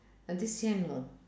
uh this year no